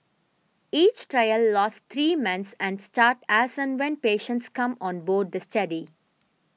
each trial lasts three months and start as and when patients come on board the study